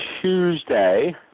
Tuesday